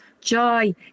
joy